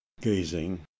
gazing